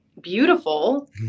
beautiful